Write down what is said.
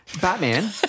Batman